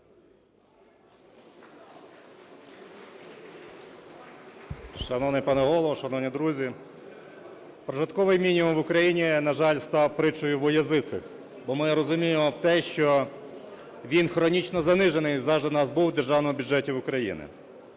Шановний пане Голово, шановні друзі! Прожитковий мінімум в Україні, на жаль, став притчею во языцах, бо ми не розуміємо те, що він хронічно занижений завжди в нас був в Державному бюджеті України,